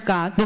God